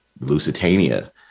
Lusitania